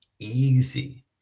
easy